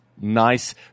Nice